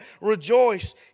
rejoice